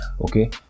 Okay